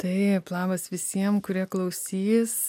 taip labas visiem kurie klausys